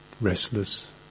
restless